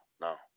no